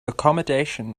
accommodation